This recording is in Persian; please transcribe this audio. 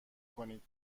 کنید